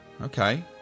Okay